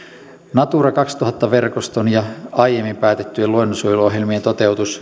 natura kaksituhatta verkoston ja aiemmin päätettyjen luonnonsuojeluohjelmien toteutus